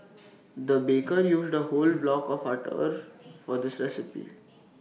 the baker used A whole block of butter for this recipe